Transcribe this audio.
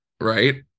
Right